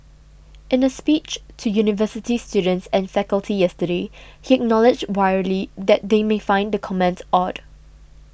in a speech to university students and faculty yesterday he acknowledged wryly that they may find the comment odd